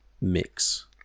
mix